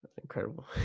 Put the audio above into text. incredible